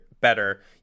better